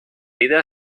vida